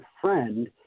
friend